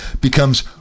becomes